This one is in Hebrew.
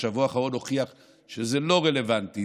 והשבוע האחרון הוכיח שזה לא רלוונטי,